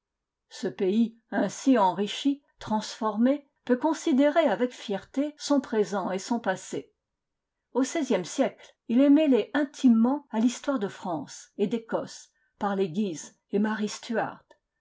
ce pays ainsi enrichi transformé peut considérer avec fierté son présent et son passé au seizième siècle il est mêlé intimement à l'histoire de france et d'ecosse par les guises et marie stuart